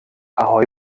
ahoi